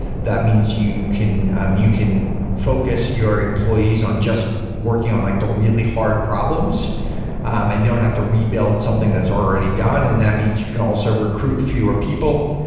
that means you can um you can focus your employees on just working on like the really hard problems um and you don't have to rebuild something that's already done. and that means you can also recruit fewer people.